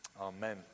Amen